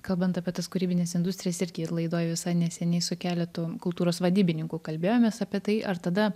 kalbant apie tas kūrybines industrijas irgi laidoj visai neseniai su keletu kultūros vadybininkų kalbėjomės apie tai ar tada